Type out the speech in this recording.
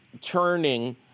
turning